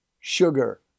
sugar